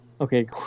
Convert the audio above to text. Okay